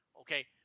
okay